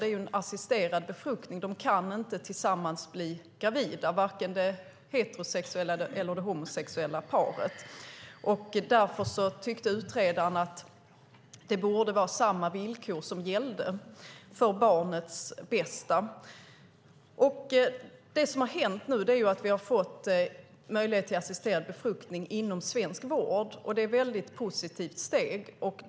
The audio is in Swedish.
Det är en assisterad befruktning. Paret kan inte bli gravida tillsammans, varken det heterosexuella eller det homosexuella paret. Därför tyckte utredaren att samma villkor borde gälla för barnets bästa. Vi har fått möjlighet till assisterad befruktning inom svensk vård, vilket är ett positivt steg.